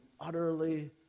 utterly